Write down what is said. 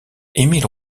émile